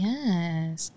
Yes